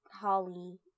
Holly